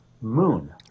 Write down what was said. moon